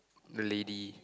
the lady